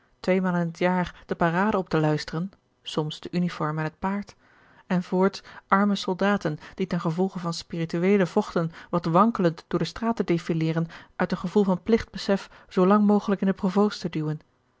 tweemaal in het jaar de parade op te luisteren soms de uniform en het paard en voorts arme soldaten die ten gevolge van spirituele vochten wat wankelend door de straten defileren uit een gevoel van pligtbesef zoolang mogelijk in de provoost te duwen